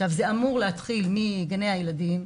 זה אמור להתחיל מגני הילדים,